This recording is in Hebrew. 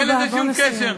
אין לזה שום קשר.